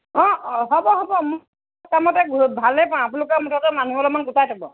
অঁ হ'ব হ'ব মই মোৰ মতে ভালে পাওঁ আপোনালোকে মুঠতে মানুহ অলপ গোটাই থব